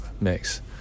mix